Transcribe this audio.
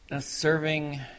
serving